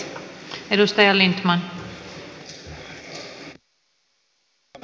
arvoisa puhemies